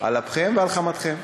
על אפכם ועל חמתכם.